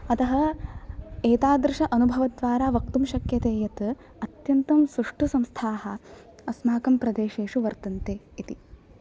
अतः एतादृश अनुभवद्वारा वक्तुं शक्यते यत् अत्यन्तं सुष्ठु संस्थाः अस्माकं प्रदेशेशु वर्तन्ते इति